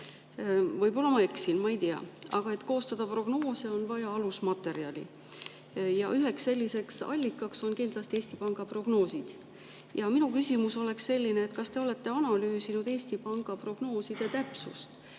Võib-olla ma eksin, ma ei tea, aga selleks, et koostada prognoose, on vaja alusmaterjali. Üheks selliseks allikaks on kindlasti Eesti Panga prognoosid. Minu küsimus on selline: kas te olete analüüsinud Eesti Panga prognooside täpsust?